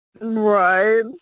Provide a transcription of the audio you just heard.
right